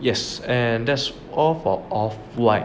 yes and that's all for off white